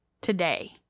today